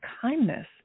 kindness